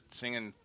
singing